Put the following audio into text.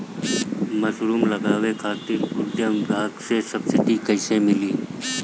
Mushroom लगावे खातिर उद्यान विभाग से सब्सिडी कैसे मिली?